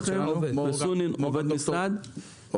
ד"ר אורן סונין הוא עובד משרד החקלאות,